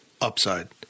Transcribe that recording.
upside